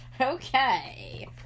okay